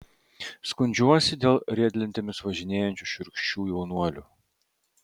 skundžiuosi dėl riedlentėmis važinėjančių šiurkščių jaunuolių